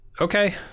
Okay